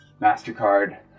MasterCard